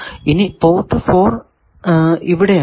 ഇനി പോർട്ട് 4 ഇവിടെ ആണ്